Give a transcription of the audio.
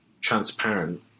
transparent